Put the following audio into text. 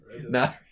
No